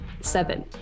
Seven